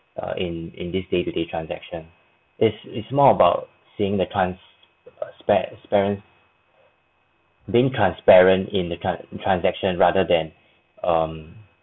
err in in this day to day transaction its it's more about seeing the trans~ pa~ parents being transparent in the transaction rather than um